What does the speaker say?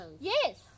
Yes